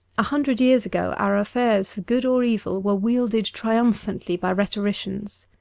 a hundred years ago our affairs for good or evil were wielded triumphantly by rhetoricians.